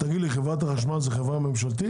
תגיד לי, חברת החשמל זה חברה ממשלתית,